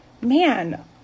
man